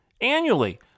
annually